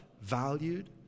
valued